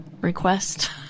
request